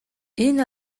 энэ